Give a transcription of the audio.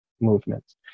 movements